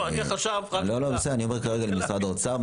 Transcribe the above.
אני עובר כרגע לנציג משרד האוצר,